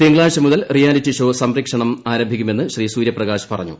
തിങ്കളാഴ്ച മുതൽ reality show സംപ്രേഷണം ആരംഭിക്കുമെന്ന് ശ്രീ സൂര്യപ്രകാശ് പറഞ്ഞു